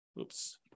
oops